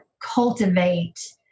cultivate